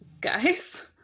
guys